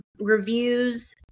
reviews